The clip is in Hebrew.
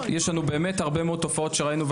יש לנו באמת הרבה מאוד תופעות שראינו,